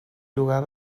llogar